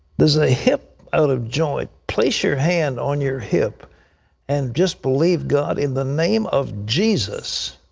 there's a hip out of joint. place your hand on your hip and just believe god, in the name of jesus,